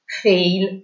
fail